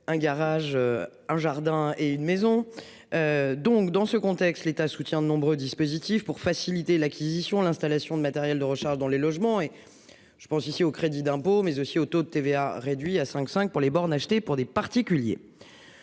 un garage, un jardin et une maison. Donc dans ce contexte, l'État soutient de nombreux dispositifs pour faciliter l'acquisition l'installation de matériel de recharge dans les logements et je pense ici au crédit d'impôt mais aussi au taux de TVA réduit à 5 5 pour les bornes acheter pour des particuliers.